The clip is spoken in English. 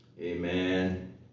amen